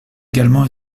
également